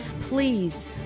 Please